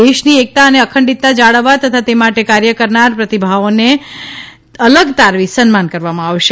દેશની એકતા અને અખંડિતતા જાળવવા તથા તે માટે કાર્ય કરનાર પ્રતિભાઓને અલગત તારવી સન્માન કરવામાં આવશે